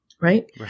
Right